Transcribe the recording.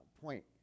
point